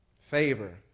favor